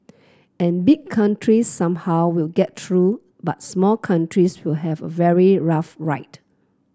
and big countries somehow will get through but small countries will have a very rough ride